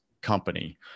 company